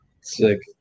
Sick